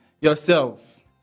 yourselves